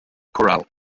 coral